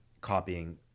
copying